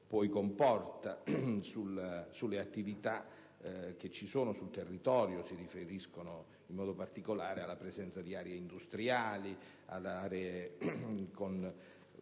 poi comporta sulle attività presenti sul territorio: mi riferisco in modo particolare alla presenza di aree industriali e di aree con